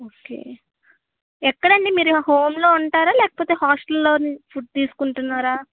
okay ఎక్కడండి మీరు హోమ్లో ఉంటారా లేకపోతే హాస్టల్లోని ఫుడ్ తీసుకుంటున్నారా